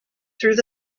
through